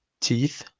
teeth